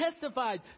testified